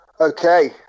Okay